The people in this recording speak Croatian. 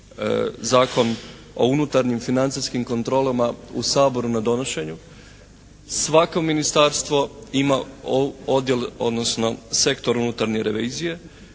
Zakon o unutarnjim financijskim kontrolama u Saboru na donošenju svako ministarstvo ima odjel, odnosno sektor unutarnje revizije